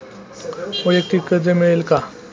वैयक्तिक कर्ज मिळेल का?